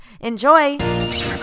Enjoy